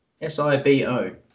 S-I-B-O